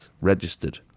registered